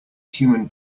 human